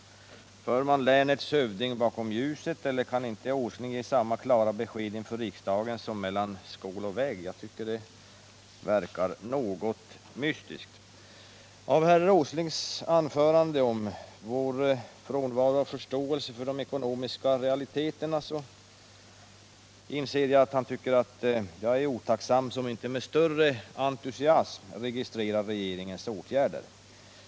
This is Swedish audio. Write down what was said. För man länets hövding bakom ljuset eller kan inte Åsling ge samma klara besked inför riksdagen som mellan skål och vägg? Jag tycker det verkar något mystiskt. Av herr Åslings tal om vår bristande förståelse för de ekonomiska realiteterna inser jag att han tycker att jag är otacksam som inte med större entusiasm registrerar regeringens åtgärder.